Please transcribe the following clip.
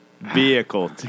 vehicle